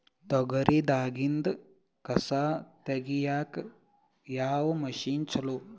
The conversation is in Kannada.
ತೊಗರಿ ದಾಗಿಂದ ಕಸಾ ತಗಿಯಕ ಯಾವ ಮಷಿನ್ ಚಲೋ?